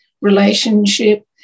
relationship